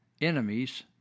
enemies